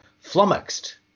flummoxed